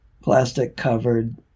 Plastic-covered